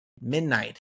midnight